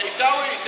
עיסאווי,